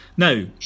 Now